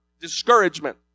discouragement